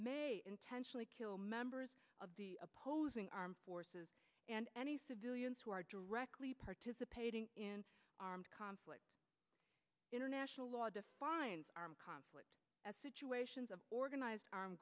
may intentionally kill members of the opposing armed forces and any civilians who are directly participating in armed conflict international law defines armed conflict as situations of organized arm